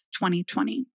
2020